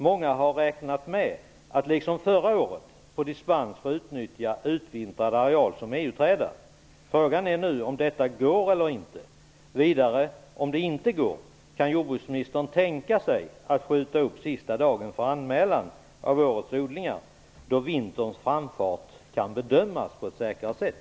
Många har räknat med att liksom förra året få dispens för att få utnyttja utvintrad areal som EU-träda. Frågan är nu om detta går. Vidare undrar jag: Om det inte går, kan jordbruksministern tänka sig att skjuta upp sista dagen för anmälan av årets odlingar till en tidpunkt då vinterns framfart kan bedömas på ett säkrare sätt?